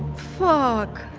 fuck.